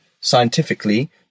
scientifically